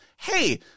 hey